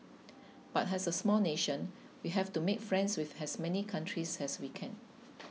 but as a small nation we have to make friends with as many countries as we can